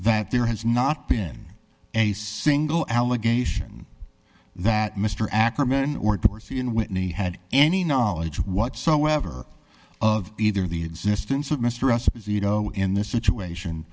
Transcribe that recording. that there has not been a single allegation that mr ackerman or dorsey in whitney had any knowledge whatsoever of either the existence of mr us as you know in this situation